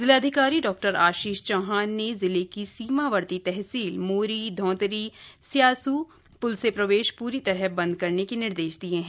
जिलाधिकारी डॉ आशीष चौहान ने जिले की सीमावर्ती तहसील मोरी धौंतरी स्यास् प्ल से प्रवेश प्री तरह बंद करने के निर्देश दिये हैं